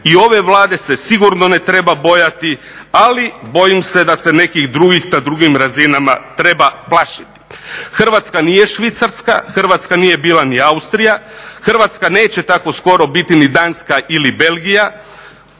i ove Vlade se sigurno ne treba bojati, ali bojim se da se nekih drugih na drugim razinama treba plašiti. Hrvatska nije Švicarska, Hrvatska nije bila ni Austrija, Hrvatska neće tako skoro biti ni Danska ili Belgija,